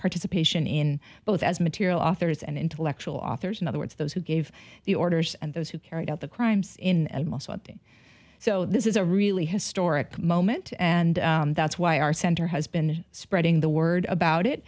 participation in both as material authors and intellectual authors in other words those who gave the orders and those who carried out the crimes in so this is a really historic moment and that's why our center has been spreading the word about